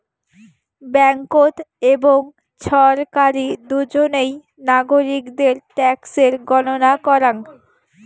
ব্যাঙ্ককোত এবং ছরকারি দুজনেই নাগরিকদের ট্যাক্সের গণনা করাং